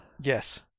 Yes